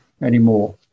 anymore